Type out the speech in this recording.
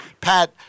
Pat